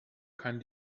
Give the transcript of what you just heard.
kann